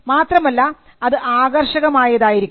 മാത്രമല്ല അത് ആകർഷകമായതായിരിക്കണം